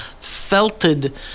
felted